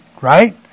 right